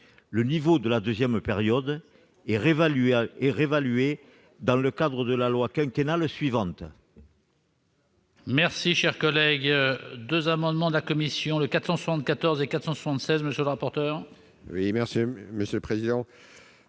Le niveau de la seconde période serait réévalué dans le cadre de la loi quinquennale suivante.